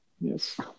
Yes